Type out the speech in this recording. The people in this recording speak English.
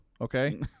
Okay